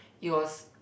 it was